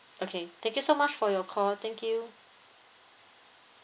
okay thank you so much for your call thank you